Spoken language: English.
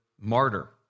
martyr